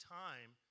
time